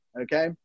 Okay